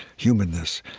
humanness,